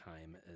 time